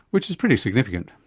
which is pretty significant.